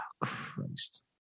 Christ